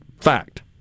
fact